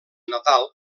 natal